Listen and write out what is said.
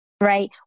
Right